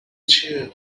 چیه